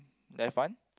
left one